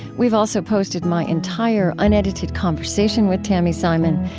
we've also posted my entire unedited conversation with tami simon,